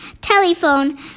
telephone